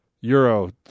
Euro